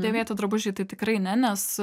dėvėti drabužiai tai tikrai ne nes